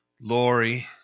Lori